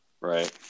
right